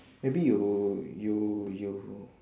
maybe you you you